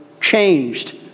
changed